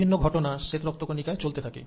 বিভিন্ন ঘটনা শ্বেত রক্তকণিকায় চলতে থাকে